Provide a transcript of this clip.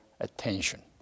attention